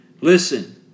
Listen